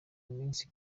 iminsi